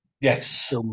Yes